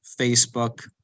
Facebook